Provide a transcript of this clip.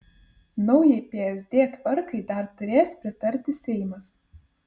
naujai psd tvarkai dar turės pritarti seimas